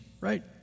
right